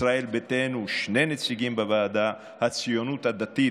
ישראל ביתנו, שני נציגים בוועדה, הציונות הדתית,